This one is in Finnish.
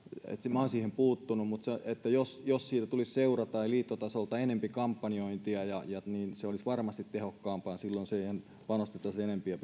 olen siihen puuttunut mutta jos jos siitä tulisi seura tai liittotasolta enempi kampanjointia niin se olisi varmasti tehokkaampaa silloin siihen panostettaisiin enempi